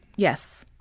yes.